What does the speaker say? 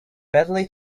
badly